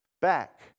back